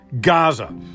Gaza